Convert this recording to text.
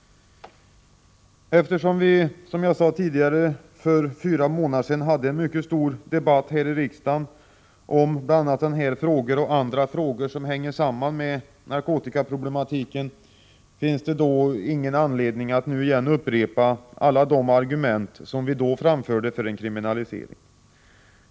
Eftersom vi, som jag sade tidigare, för fyra månader sedan hade en mycket stor debatt här i riksdagen om bl.a. denna fråga och andra frågor som hänger samman med narkotikaproblematiken, finns det ingen anledning att nu upprepa alla de argument som vi då framförde för en kriminalisering.